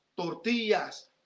Tortillas